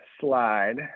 slide